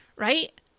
Right